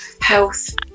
health